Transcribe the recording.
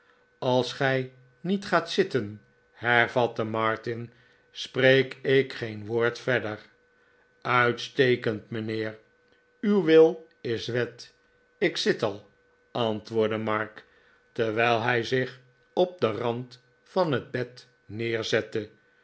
als gij niet gaat zitten hervatte martin spreek ik geen woord verder uitstekend mijnheer uw wil is wet ik zit al antwoordde mark terwijl hij zich op den rand van het bed neerzette